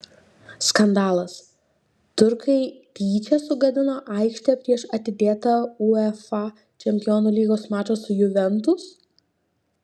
skandalas turkai tyčia sugadino aikštę prieš atidėtą uefa čempionų lygos mačą su juventus